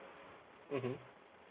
mmhmm